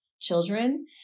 children